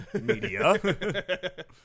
media